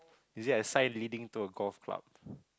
is there a sign leading to a golf club